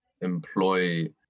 employ